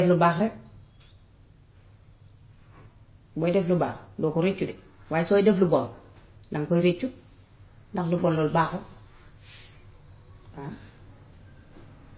Day lu baax rekk. Booy def lu baax doo ko réccu de. Waaye sooy def lu bon daŋ koy réccu ndax lu bon loolu baaxul waaw.